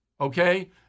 Okay